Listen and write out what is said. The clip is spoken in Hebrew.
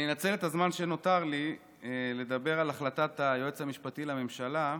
אני אנצל את הזמן שנותר לי לדבר על החלטת היועץ המשפטי לממשלה,